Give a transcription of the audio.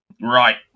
Right